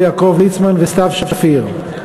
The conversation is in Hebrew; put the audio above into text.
יעקב ליצמן וסתיו שפיר.